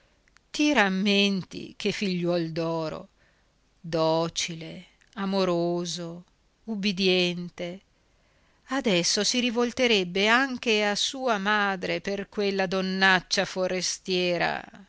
rammenti che figliuol d'oro docile amoroso ubbidiente adesso si rivolterebbe anche a sua madre per quella donnaccia forestiera